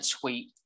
tweet